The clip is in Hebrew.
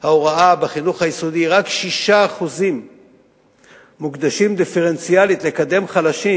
ההוראה בחינוך היסודי רק 6% מוקדשים דיפרנציאלית לקדם חלשים